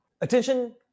Attention